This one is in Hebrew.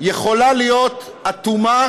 יכולה להיות אטומה